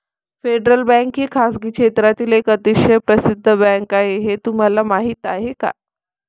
Federal bank ही खासगी क्षेत्रातील एक अतिशय प्रसिद्ध बँक आहे हे तुम्हाला माहीत आहे का?